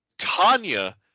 Tanya